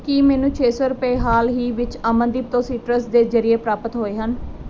ਕੀ ਮੈਨੂੰ ਛੇ ਸੌ ਰੁਪਏ ਹਾਲ ਹੀ ਵਿੱਚ ਅਮਨਦੀਪ ਤੋਂ ਸੀਟਰਸ ਦੇ ਜ਼ਰੀਏ ਪ੍ਰਾਪਤ ਹੋਏ ਹਨ